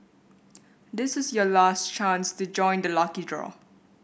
this is your last chance to join the lucky draw